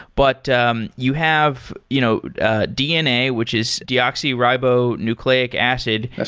but um you have you know ah dna, which is deoxyribonucleic acid,